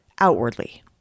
outwardly